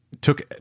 took